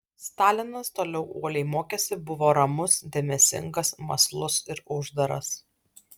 stalinas toliau uoliai mokėsi buvo ramus dėmesingas mąslus ir uždaras